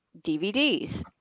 DVDs